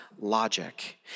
logic